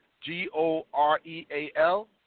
G-O-R-E-A-L